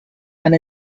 and